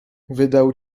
wydał